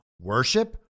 Worship